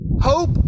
Hope